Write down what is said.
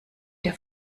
der